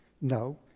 No